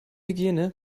hygiene